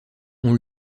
ont